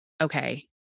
okay